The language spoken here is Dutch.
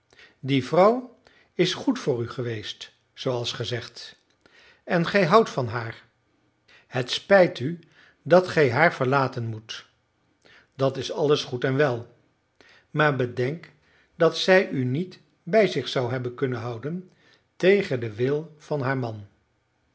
die vrouw is goed voor u geweest zooals ge zegt en gij houdt van haar het spijt u dat gij haar verlaten moet dat is alles goed en wel maar bedenk dat zij u niet bij zich zou hebben kunnen houden tegen den wil van haar man